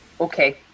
Okay